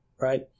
right